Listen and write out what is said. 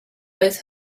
both